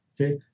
okay